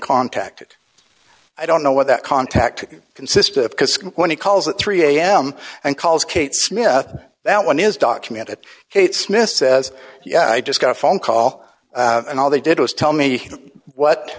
contacted i don't know what that contact consisted of because when he calls at three am and calls kate smith that one is documented kate smith says yeah i just got a phone call and all they did was tell me what